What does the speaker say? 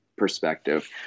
perspective